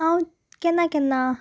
हांव केन्ना केन्ना